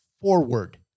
forward